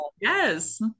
Yes